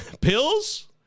Pills